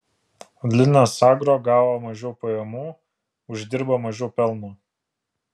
linas agro gavo mažiau pajamų uždirbo mažiau pelno